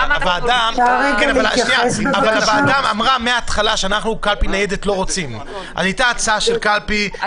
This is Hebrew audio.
הוועדה אמרה מהתחלה שאנחנו לא רוצים קלפי ניידת.